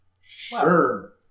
Sure